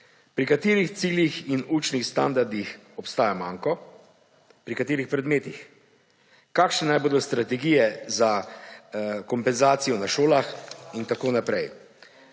pri katerih ciljih in učnih standardih obstaja manko, pri katerih predmetih, kakšne naj bodo strategije za kompenzacijo na šolah in tako naprej.